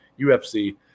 UFC